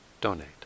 donate